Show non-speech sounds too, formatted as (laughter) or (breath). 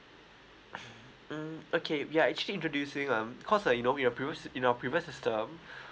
(breath) mm okay we are actually introducing um cause uh you know we are prev~ in our previous system